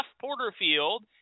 Porterfield